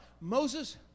Moses